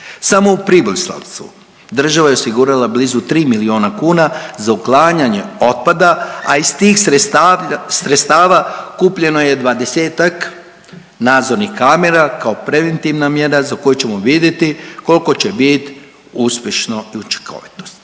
Samo u Pribislavcu država je osigurala blizu tri milijuna kuna za uklanjanje otpada, a iz tih sredstava kupljeno je dvadesetak nadzornih kamera kao preventivna mjera za koju ćemo vidjeti koliko će biti uspješno i učinkovitost.